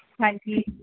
ਹਾਂਜੀ